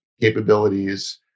capabilities